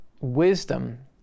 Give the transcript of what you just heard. wisdom